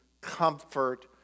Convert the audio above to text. comfort